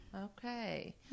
Okay